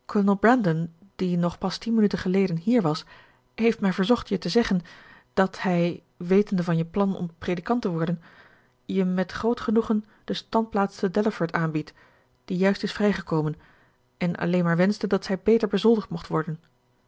kolonel brandon die nog pas tien minuten geleden hier was heeft mij verzocht je te zeggen dat hij wetende van je plan om predikant te worden je met groot genoegen de standplaats te delaford aanbiedt die juist is vrijgekomen en alleen maar wenschte dat zij beter bezoldigd mocht worden